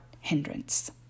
hindrance